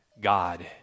God